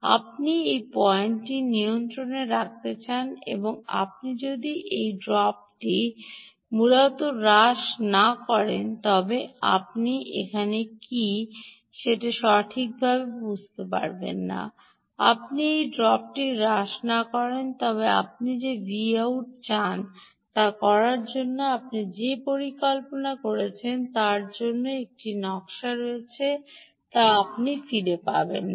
আপনি এই পয়েন্টটি নিয়ন্ত্রণে রাখতে চান আপনি যদি এই ড্রপটি মূলত হ্রাস না করেন তবে আপনি এখানে কীটি সঠিকভাবে করতে পারবেন না আপনি যদি এই ড্রপটি হ্রাস না করেন তবে আপনি যে Voutকে যা চান তা করার জন্য আপনি যে পরিকল্পনা করেছেন তার জন্য এটি নকশা করা হয়েছে তা আপনি ফিরে পাবেন না